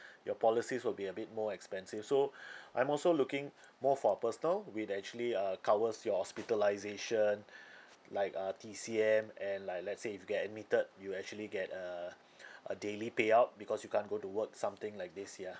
your policies will be a bit more expensive so I'm also looking more for personal which actually uh covers your hospitalisation like uh T_C_M and like let's say if get admitted you actually get uh a daily payout because you can't go to work something like this ya